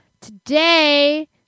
Today